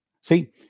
see